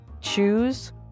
choose